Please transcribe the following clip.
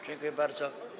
Dziękuję bardzo.